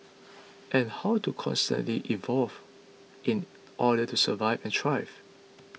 and how to constantly evolve in order to survive and thrive